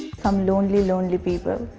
some lonely, lonely people.